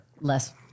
less